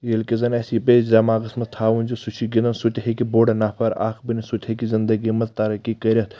ییٚلہِ کہِ زن اسہِ یہِ پیٚیہِ دٮ۪ماغس منٛز تھاوُن زِ سُہ چھُ گنٛدان سُہ تہِ ہیٚکہِ بوٚڑ نفر اکھ بٔنِتھ سُہ تہِ ہیٚکہِ زنٛدگی منٛز ترقی کٔرِتھ